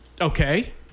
Okay